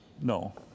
No